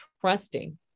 trusting